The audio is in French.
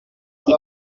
qui